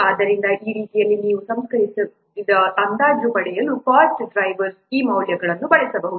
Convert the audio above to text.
ಆದ್ದರಿಂದ ಈ ರೀತಿಯಲ್ಲಿ ನೀವು ಸಂಸ್ಕರಿಸಿದ ಅಂದಾಜು ಪಡೆಯಲು ಕಾಸ್ಟ್ ಡ್ರೈವರ್ಸ್ ಈ ಮೌಲ್ಯಗಳನ್ನು ಬಳಸಬಹುದು